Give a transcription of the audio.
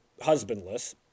husbandless